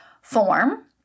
form